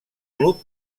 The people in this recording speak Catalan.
club